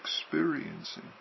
experiencing